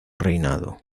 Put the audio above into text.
reinado